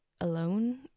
alone